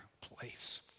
place